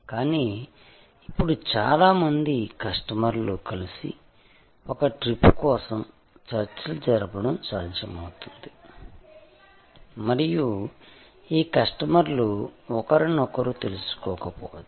కానీ ఇప్పుడు చాలా మంది కస్టమర్లు కలిసి ఒక ట్రిప్ కోసం చర్చలు జరపడం సాధ్యమవుతుంది మరియు ఈ కస్టమర్లు ఒకరినొకరు తెలుసుకోకపోవచ్చు